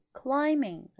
climbing